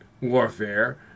Warfare